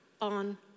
on